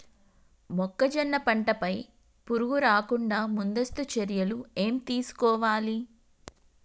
మొక్కజొన్న పంట పై పురుగు రాకుండా ముందస్తు చర్యలు ఏం తీసుకోవాలి?